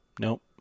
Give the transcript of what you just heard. nope